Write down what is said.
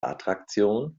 attraktion